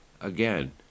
Again